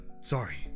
Sorry